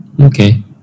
Okay